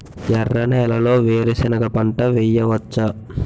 ఎర్ర నేలలో వేరుసెనగ పంట వెయ్యవచ్చా?